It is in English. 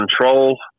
control